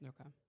Okay